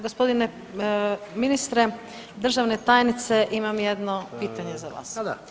Gospodine ministre, državne tajnice, imam jedno pitanje za vas.